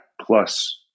plus